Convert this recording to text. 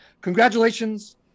Congratulations